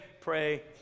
pray